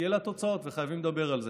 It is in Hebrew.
אלה התוצאות וחייבים לדבר על זה.